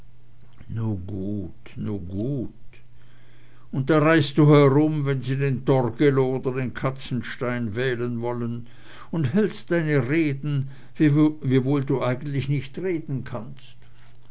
und da reist du herum wenn sie den torgelow oder den katzenstein wählen wollen und hältst deine reden wiewohl du eigentlich nicht reden kannst